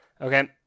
Okay